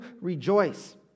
rejoice